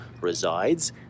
resides